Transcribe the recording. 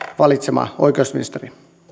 valitsema oikeusministeri